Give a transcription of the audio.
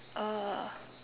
oh